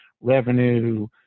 revenue